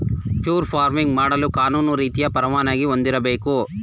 fur farming ಮಾಡಲು ಕಾನೂನು ರೀತಿಯ ಪರವಾನಿಗೆ ಹೊಂದಿರಬೇಕು